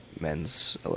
men's